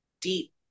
deep